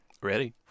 Ready